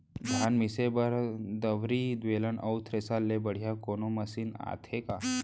धान मिसे बर दंवरि, बेलन अऊ थ्रेसर ले बढ़िया कोनो मशीन आथे का?